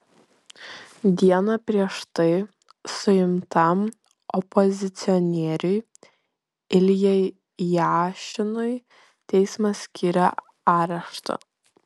dieną prieš tai suimtam opozicionieriui iljai jašinui teismas skyrė areštą